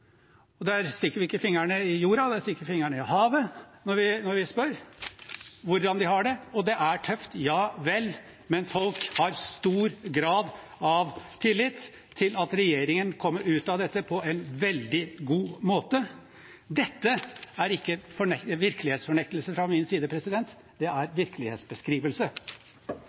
Der stikker vi ikke fingeren i jorda, der stikker vi fingeren i havet når vi spør hvordan de har det. Og det er tøft, ja vel, men folk har stor grad av tillit til at regjeringen kommer ut av dette på en veldig god måte. Dette er ikke virkelighetsfornektelse fra min side. Det er virkelighetsbeskrivelse.